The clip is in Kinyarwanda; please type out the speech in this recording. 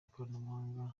ikoranabuhanga